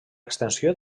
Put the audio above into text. extensió